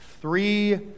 three